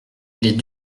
les